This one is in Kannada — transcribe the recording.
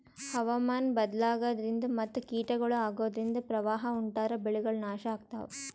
ಹವಾಮಾನ್ ಬದ್ಲಾಗದ್ರಿನ್ದ ಮತ್ ಕೀಟಗಳು ಅಗೋದ್ರಿಂದ ಪ್ರವಾಹ್ ಉಂಟಾದ್ರ ಬೆಳೆಗಳ್ ನಾಶ್ ಆಗ್ತಾವ